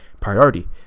priority